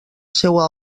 seua